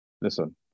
Listen